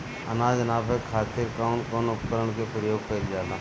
अनाज नापे खातीर कउन कउन उपकरण के प्रयोग कइल जाला?